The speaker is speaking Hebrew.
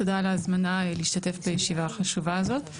תודה על ההזמנה להשתתף בישיבה החשובה הזאת.